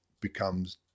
becomes